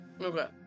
Okay